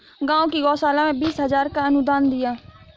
गांव की गौशाला में बीस हजार का अनुदान दिया